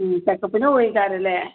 ചെക്കപ്പിന് പോയിക്കാണല്ലേ